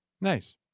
nice